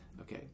Okay